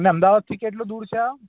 અને અમદાવાદથી કેટલું દૂર છે આ